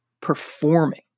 performing